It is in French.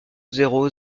zéro